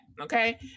Okay